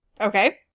Okay